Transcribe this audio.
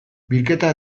bilketa